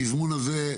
התזמון הזה,